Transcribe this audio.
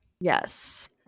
Yes